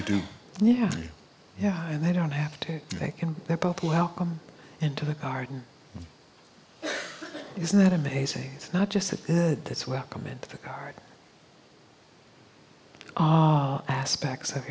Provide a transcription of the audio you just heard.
to do yeah yeah and they don't have to they can they're both welcome into the garden isn't that amazing it's not just that good that's welcome in the car aspects of